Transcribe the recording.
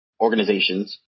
organizations